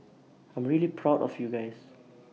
I'm really proud of you guys